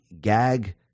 gag